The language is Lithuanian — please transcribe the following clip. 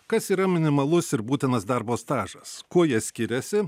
kas yra minimalus ir būtinas darbo stažas kuo jie skiriasi